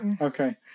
okay